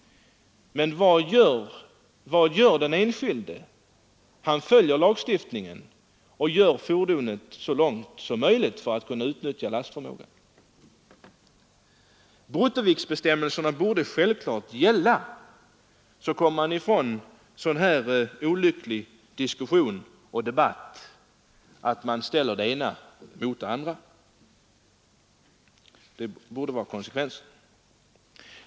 Men vad gör den enskilde? Han följer lagen och gör fordonet så långt som möjligt för att kunna utnyttja lastförmågan. — Självfallet borde här gälla bruttoviktsbestämmelser. På det sättet skulle vi slippa den olyckliga debatten där det ena ställs mot det andra.